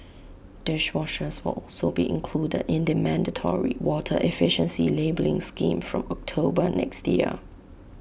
dishwashers will also be included in the mandatory water efficiency labelling scheme from October next year